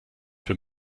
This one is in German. für